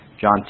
John